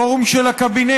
פורום של הקבינט